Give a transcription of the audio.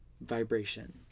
vibration